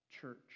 church